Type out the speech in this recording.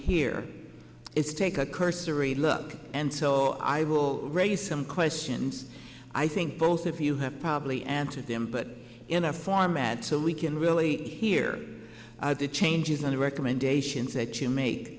here is take a cursory look and so i will raise some questions i think both of you have probably answered them but in a format so we can really hear the changes on the recommendations that you make